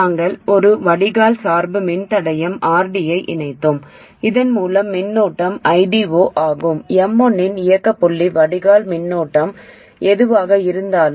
நாங்கள் ஒரு வடிகால் சார்பு மின்தடையம் RD ஐ இணைத்தோம் இதன் மூலம் மின்னோட்டம் ID0 ஆகும் M1 இன் இயக்க புள்ளி வடிகால் மின்னோட்டம் எதுவாக இருந்தாலும்